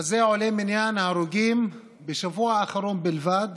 בזה עולה מניין ההרוגים בשבוע האחרון בלבד